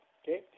okay